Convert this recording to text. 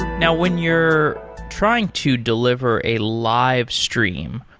now, when you're trying to deliver a live stream,